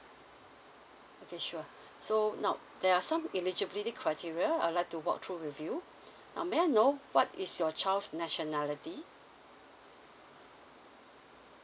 okay sure so now there are some eligibility criteria I'll like to walk through with you now may I know what is your child's nationality